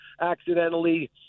accidentally